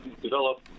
develop